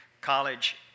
college